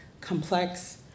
complex